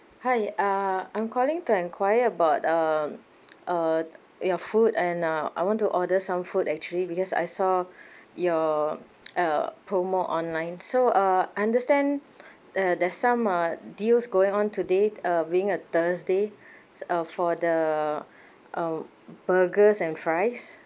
hi uh I'm calling to enquire about um uh your food and uh I want to order some food actually because I saw your uh promo online so uh I understand uh there's some uh deals going on today uh being a thursday uh for the um burgers and fries